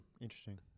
Interesting